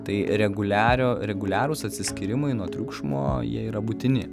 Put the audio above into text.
tai reguliario reguliarūs atsiskyrimai nuo triukšmo jie yra būtini